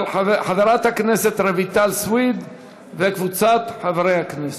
של חברת הכנסת רויטל סויד וקבוצת חברי הכנסת.